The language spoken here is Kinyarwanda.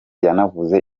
yanavuze